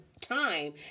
time